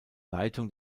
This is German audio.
leitung